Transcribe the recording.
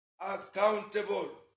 Accountable